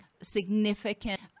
significant